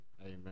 Amen